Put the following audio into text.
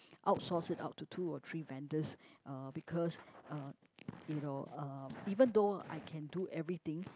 outsource it out to two or three vendors uh because uh you know uh even though I can do everything